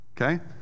Okay